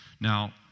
Now